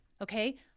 Okay